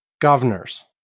Governors